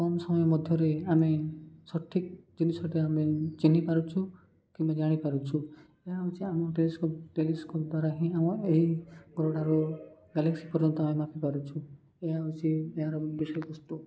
କମ୍ ସମୟ ମଧ୍ୟରେ ଆମେ ସଠିକ୍ ଜିନିଷଟି ଆମେ ଚିହ୍ନିପାରୁଛୁ କିମ୍ବା ଜାଣିପାରୁଛୁ ଏହା ହେଉଛି ଆମ ଟେଲିସ୍କୋପ୍ ଦ୍ୱାରା ହିଁ ଆମ ଏହି ପରଠାରୁ ଗ୍ୟାଲେକ୍ସି ପର୍ଯ୍ୟନ୍ତ ଆମେ ମାପିପାରୁଛୁ ଏହା ହେଉଛି ଏହାର ବିଷୟ ବସ୍ତୁ